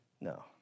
no